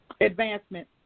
advancement